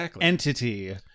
entity